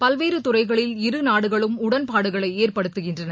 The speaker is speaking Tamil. பல்வேறு துறைகளில் இருநாடுகளும் உடன்பாடுகளை ஏற்படுத்துகின்றன